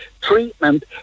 treatment